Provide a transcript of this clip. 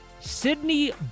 Sydney